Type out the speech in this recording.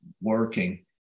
working